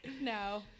No